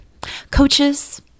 Coaches